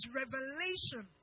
revelation